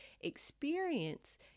experience